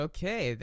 Okay